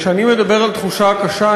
כשאני מדבר על תחושה קשה,